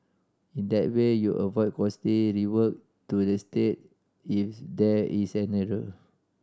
in that way you avoid costly rework to the state if there is an error